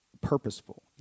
purposeful